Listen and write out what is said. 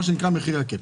מה שנקרא מחיר הקאפ.